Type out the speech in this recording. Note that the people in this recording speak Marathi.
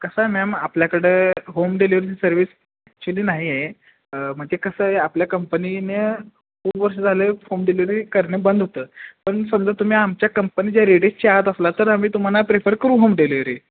कसं आहे मॅम आपल्याकडं होम डिलिवरीची सर्विस ॲक्च्युली नाही आहे म्हणजे कसं आहे आपल्या कंपनीने खूप वर्ष झाले होम डिलिवरी करणे बंद होतं पण समजा तुम्ही आमच्या कंपनीच्या रेडीयसच्या आत असला तर आम्ही तुम्हाला प्रिफर करू होम डिलिवरी